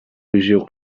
visió